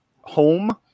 home